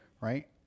Right